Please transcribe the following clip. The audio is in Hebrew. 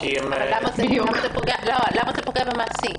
למה זה פוגע במעסיק?